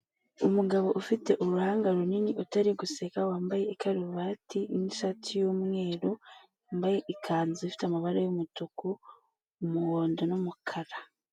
Umugabo ufite uruhanga runini utari guseka wambaye karuvati n'ishati y'umweru yambaye ikanzu ifite amabara umutuku, umuhondo n'umukara.